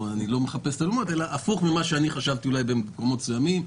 הפוך ממה שאני חשבתי במקומות מסוימים.